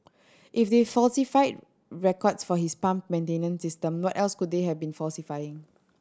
if they falsified records for this pump maintenance system what else could they have been falsifying